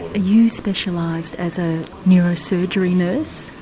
ah you specialised as a neurosurgery nurse?